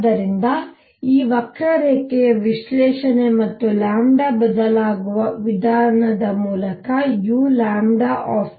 ಆದ್ದರಿಂದ ಈ ವಕ್ರರೇಖೆಯ ವಿಶ್ಲೇಷಣೆ ಮತ್ತು ಲ್ಯಾಂಬ್ಡಾ ಬದಲಾಗುವ ವಿಧಾನದ ಮೂಲಕ u1T5